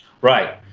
Right